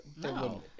No